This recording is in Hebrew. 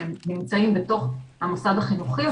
הם נמצאים בתוך המוסד החינוכי,